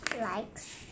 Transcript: likes